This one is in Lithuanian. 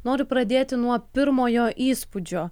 noriu pradėti nuo pirmojo įspūdžio